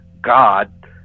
God